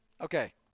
okay